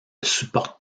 supporte